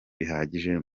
bihagije